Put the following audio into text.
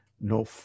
no